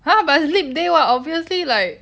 !huh! but it's lip day what obviously like